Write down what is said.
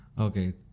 Okay